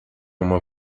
uma